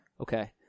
Okay